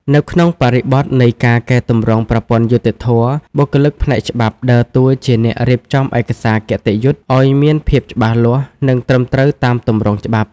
នៅក្នុងបរិបទនៃការកែទម្រង់ប្រព័ន្ធយុត្តិធម៌ បុគ្គលិកផ្នែកច្បាប់ដើរតួជាអ្នករៀបចំឯកសារគតិយុត្តិឱ្យមានភាពច្បាស់លាស់ និងត្រឹមត្រូវតាមទម្រង់ច្បាប់។